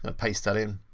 ah paste that in.